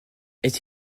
est